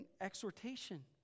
exhortation